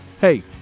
hey